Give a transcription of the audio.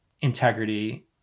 integrity